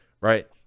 right